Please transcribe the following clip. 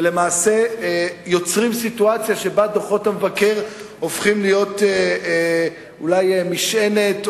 ולמעשה יוצרים סיטואציה שבה דוחות המבקר הופכים להיות אולי משענת,